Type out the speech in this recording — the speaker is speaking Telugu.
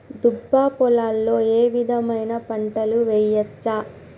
దుబ్బ పొలాల్లో ఏ విధమైన పంటలు వేయచ్చా?